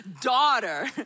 daughter